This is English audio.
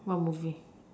what movie